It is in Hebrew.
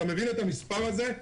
אתה מבין את המספר הזה?